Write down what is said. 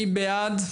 מי בעד?